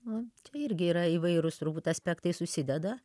nu čia irgi yra įvairūs turbūt aspektai susideda